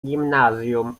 gimnazjum